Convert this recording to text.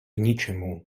ničemu